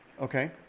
Okay